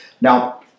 Now